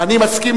אני מסכים,